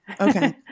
Okay